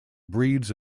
breeds